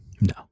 No